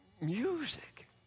Music